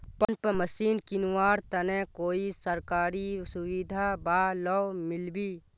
Pump machine किनवार तने कोई सरकारी सुविधा बा लव मिल्बी?